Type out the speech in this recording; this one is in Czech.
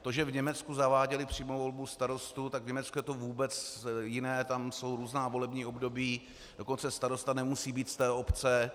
To, že v Německu zaváděli přímou volbu starostů, tak v Německu je to vůbec jiné, tam jsou různá volební období, dokonce starosta nemusí být z té obce.